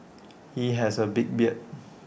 he has A big beard